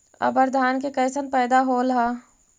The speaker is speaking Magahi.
अबर धान के कैसन पैदा होल हा?